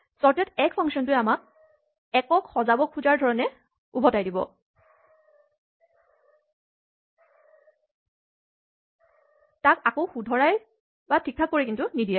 চৰ্টেট১ ফাংচনটোৱে আমাক ১ ক সজাব খোজা ধৰণে উভতাই দিব তাক আকৌ সুধৰাই বা ঠিক ঠাক কৰি নিদিয়ে